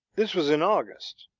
this was in august.